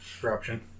Corruption